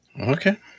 Okay